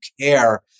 care